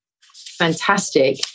fantastic